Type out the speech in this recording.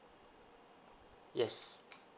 yes